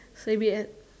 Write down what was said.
so it be